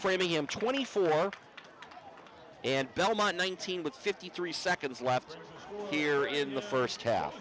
framingham twenty four and belmont nineteen with fifty three seconds left here in the first half